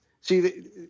see